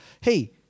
hey